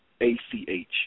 A-C-H